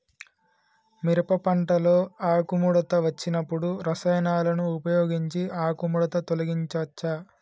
మిరప పంటలో ఆకుముడత వచ్చినప్పుడు రసాయనాలను ఉపయోగించి ఆకుముడత తొలగించచ్చా?